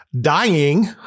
dying